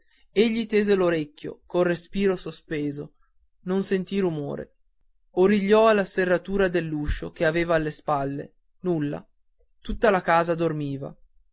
quasi egli tese l'orecchio col respiro sospeso non sentì rumore origliò alla serratura dell'uscio che aveva alle spalle nulla tutta la casa dormiva